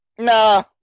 Nah